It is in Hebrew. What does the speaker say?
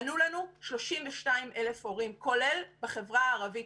ענו לנו 32,000 הורים, כולל בחברה הערבית.